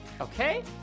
Okay